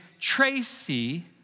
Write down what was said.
Tracy